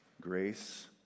grace